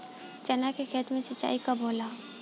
चना के खेत मे सिंचाई कब होला?